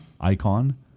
icon